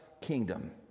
kingdom